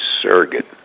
surrogate